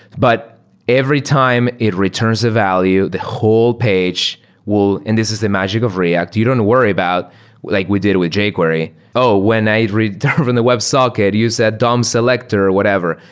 but every time it returns the value, the whole page will and this is the magic of react. you don't worry about like we did with jquery, oh, when i return from the websocket, you said dom selector, whatever.